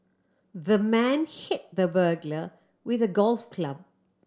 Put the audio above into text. the man hit the burglar with a golf club